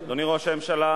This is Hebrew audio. אדוני ראש הממשלה,